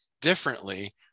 differently